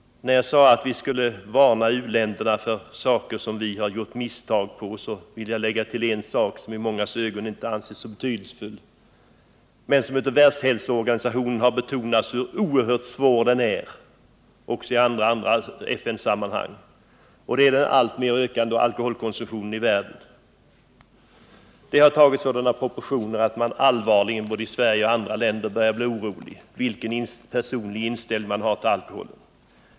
Jag sade tidigare att vi skulle varna u-länderna för misstag som vi har gjort. Jag vill lägga till en sak, som i mångas ögon inte anses så betydelsefull, nämligen den alltmer ökande alkoholkonsumtionen i världen. Världshälsoorganisationen har dock betonat hur betydelsefull frågan är. Det har även framhållits i andra FN-sammanhang. Alkoholkonsumtionen har tagit sådana proportioner att man både i Sverige och i andra länder har börjat bli allvarligt orolig, vilken personlig inställning man än har till alkohol.